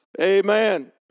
Amen